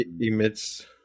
emits